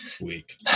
week